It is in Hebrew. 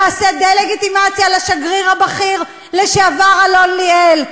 נעשה דה-לגיטימציה לשגריר הבכיר לשעבר אלון ליאל.